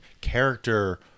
character